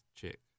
chick